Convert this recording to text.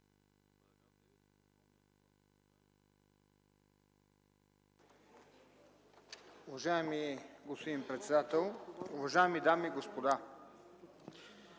Уважаеми господин председател, дами и господа